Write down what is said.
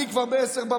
אני כבר ב-10:00,